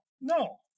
no